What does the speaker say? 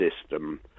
system